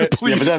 please